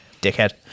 dickhead